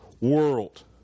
world